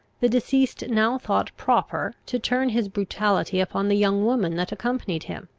the deceased now thought proper to turn his brutality upon the young woman that accompanied him.